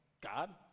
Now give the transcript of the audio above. God